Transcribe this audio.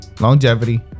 longevity